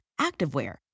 activewear